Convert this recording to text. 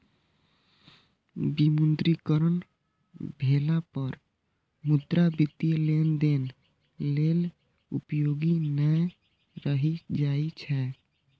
विमुद्रीकरण भेला पर मुद्रा वित्तीय लेनदेन लेल उपयोगी नै रहि जाइ छै